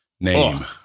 name